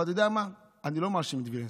אבל אתה יודע מה, אני לא מאשים את וילנסקי,